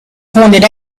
pointed